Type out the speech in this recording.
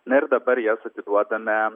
na ir dabar jas atiduodame